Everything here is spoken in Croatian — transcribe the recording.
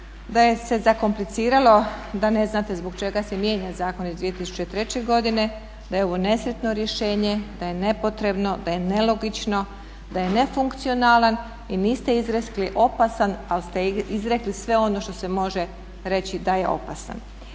da je se zakompliciralo, da ne znate zbog čega se mijenja Zakon iz 2003. godine, da je ovo nesretno rješenje, da je nepotrebno, da je nelogično, da je nefunkcionalan i niste izrekli opasan ali ste izrekli sve ono što se može reći da je opasan.